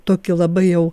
tokį labai jau